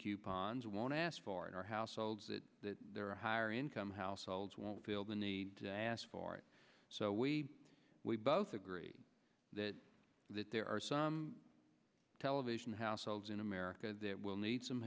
coupons won't ask for it or households that there are higher income households won't feel the need to ask for it so we we both agree that there are some television households in america that will need some